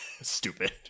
stupid